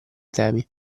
temi